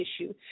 issue